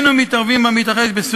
זהו שקט ביטחוני חסר תקדים בעשור האחרון,